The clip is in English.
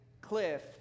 cliff